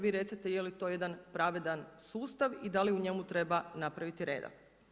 Vi recite je li to jedan pravedan sustav i da li u njemu treba napraviti reda.